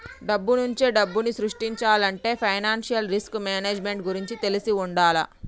డబ్బునుంచే డబ్బుని సృష్టించాలంటే ఫైనాన్షియల్ రిస్క్ మేనేజ్మెంట్ గురించి తెలిసి వుండాల